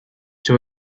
too